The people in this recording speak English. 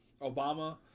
Obama